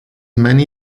many